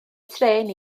trên